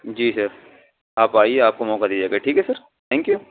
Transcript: جی sir آپ آئیے آپ کو موقع دی جائے گا ٹھیک ہے سر تھینک یو